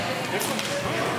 הקואליציה, בקיצור